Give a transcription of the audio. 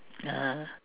(uh huh)